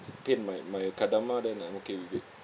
paint my my kendama then I'm okay with it